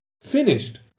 finished